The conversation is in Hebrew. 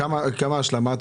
כמה השלמה?